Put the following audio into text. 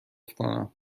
کنم